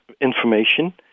information